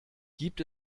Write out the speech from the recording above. gibt